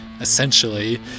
essentially